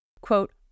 quote